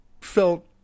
felt